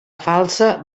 falsa